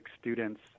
students